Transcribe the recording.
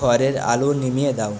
ঘরের আলো নিভিয়ে দাও